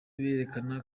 birerekana